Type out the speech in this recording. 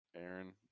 Aaron